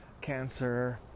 cancer